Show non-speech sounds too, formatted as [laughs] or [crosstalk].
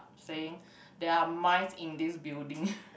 saying there are mice in this building [laughs]